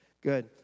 Good